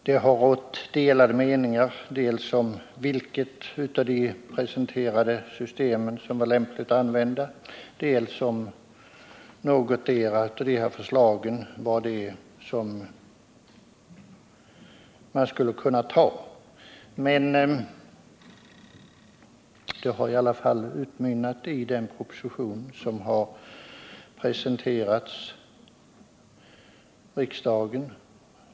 Det har rått delade meningar, dels om vilket av de presenterade systemen som var lämpligt att använda, dels om någotdera av de här förslagen över huvud taget var lämpligt. Det har utmynnat i den proposition som har presenterats riksdagen.